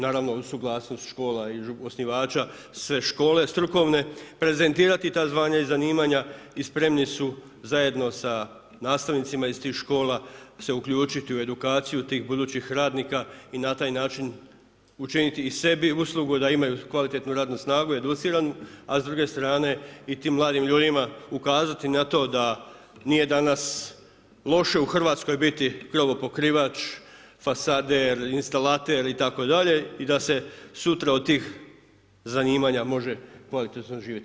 Naravno uz suglasnost škola i osnivača sve škole strukovne, prezentirati ta zvanja i zanimanja i spremni su zajedno sa nastavnicima iz tih škola se uključiti u edukaciju tih budućih radnika i na taj način učiniti i sebi uslugu da imaju kvalitetnu radnu snagu, educiranu a s druge strane i tim mladim ljudima ukazati na to da nije danas loše u Hrvatskoj biti krovopokrivač, fasader, instalater itd. i da se sutra od tih zanimanja može kvalitetno živjeti.